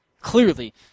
clearly